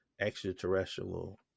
extraterrestrial